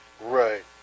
Right